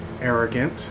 arrogant